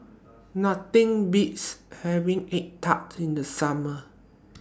Nothing Beats having Egg Tart in The Summer